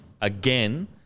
again